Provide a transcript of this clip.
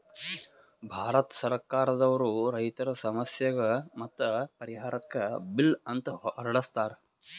ಭಾರತ್ ಸರ್ಕಾರ್ ದವ್ರು ರೈತರ್ ಸಮಸ್ಯೆಗ್ ಮತ್ತ್ ಪರಿಹಾರಕ್ಕ್ ಬಿಲ್ ಅಂತ್ ಹೊರಡಸ್ತಾರ್